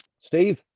Steve